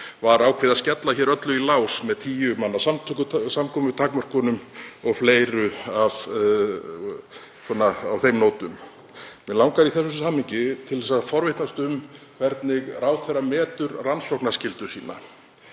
var ákveðið að skella öllu í lás með tíu manna samkomutakmörkunum og fleiru á þeim nótum. Mig langar í því samhengi til að forvitnast um hvernig ráðherra metur rannsóknarskyldu sína.